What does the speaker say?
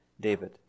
David